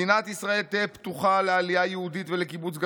מדינת ישראל תהא פתוחה לעלייה יהודית ולקבוץ גליות,